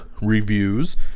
reviews